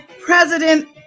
president